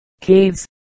Caves